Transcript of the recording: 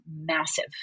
massive